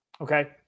okay